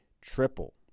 triple